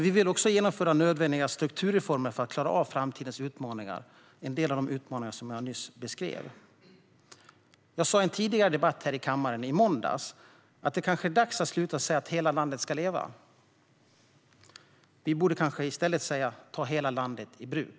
Vi vill också genomföra nödvändiga strukturreformer för att klara av framtidens utmaningar, vilka till en del utgörs av det jag nyss beskrev. Jag sa i en debatt här i kammaren i måndags att det nog är dags att sluta säga "hela landet ska leva". Vi borde kanske i stället säga "ta hela landet i bruk".